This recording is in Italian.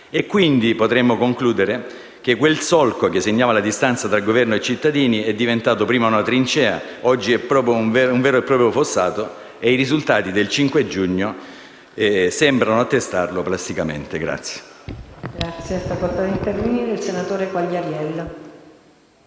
Quindi, potremmo concludere che quel solco che segnava la distanza tra Governo e cittadini è diventato prima una trincea e oggi un vero e proprio fossato e i risultati del 5 giugno sembrano attestarlo plasticamente. PRESIDENTE.